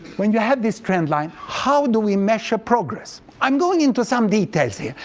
when you have this trend line, how do we measure progress? i'm going into some details here,